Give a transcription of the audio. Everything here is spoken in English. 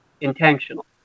intentional